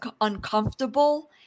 uncomfortable